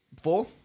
Four